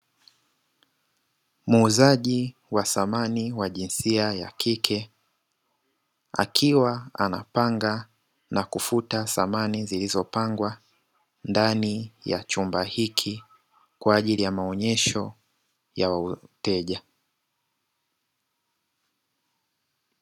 Muuzaji wa samani wa jinsia ya kike akiwa anapanga na kufuta samani, zilizopangwa ndani ya chumba hiki kwaajili ya maonesho ya wateja.